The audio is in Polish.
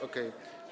Okej.